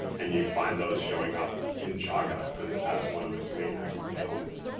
and you find those showing up in chaga and as one of its main active components. oh